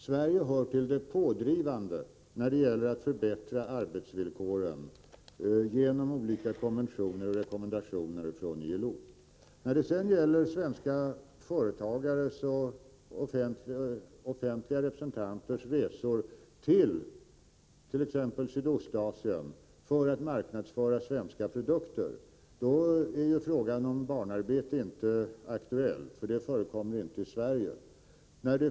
Sverige hör till de pådrivande när det gäller att förbättra arbetsvillkoren genom olika konventioner och rekommendationer från ILO. Då det är fråga om svenska företagares och svenska offentliga representanters resor exempelvis till Sydostasien för att marknadsföra svenska produkter, är ju frågan om barnarbete inte aktuell, eftersom sådant arbete inte förekommer i Sverige.